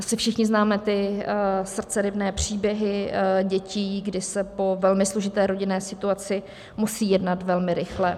Asi všichni známe srdceryvné příběhy dětí, kdy se po velmi složité rodinné situaci musí jednat velmi rychle.